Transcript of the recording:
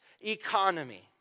economy